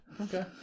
Okay